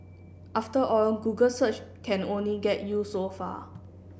after all Google search can only get you so far